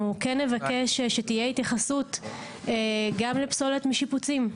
אנחנו כן נבקש שתהיה התייחסות גם לפסולת משיפוצים.